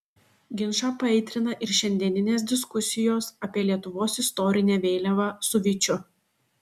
ginčą paaitrina ir šiandieninės diskusijos apie lietuvos istorinę vėliavą su vyčiu